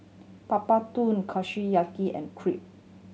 Papadum Kushiyaki and Crepe